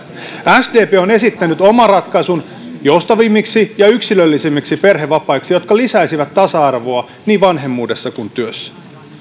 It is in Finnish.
sdp on esittänyt oman ratkaisun joustavammiksi ja yksilöllisemmiksi perhevapaiksi jotka lisäisivät tasa arvoa niin vanhemmuudessa kuin työssä